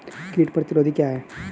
कीट प्रतिरोधी क्या है?